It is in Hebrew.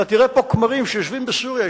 אתה תראה פה כמרים שיושבים בסוריה.